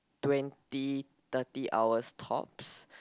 twenty thirty hours tops